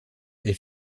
est